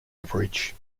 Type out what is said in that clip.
average